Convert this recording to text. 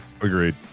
Agreed